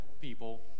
people